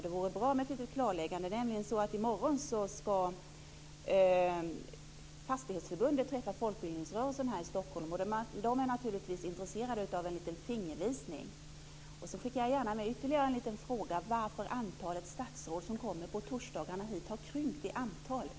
Det vore bra med ett litet klarläggande. I morgon ska nämligen fastighetsförbundet träffa folkbildningsrörelsen här i Stockholm. Man är naturligtvis intresserad av en liten fingervisning. Jag skickar gärna med ytterligare en liten fråga: Varför har antalet statsråd som kommer hit på torsdagarna krympt? Tack!